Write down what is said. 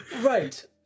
Right